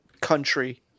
country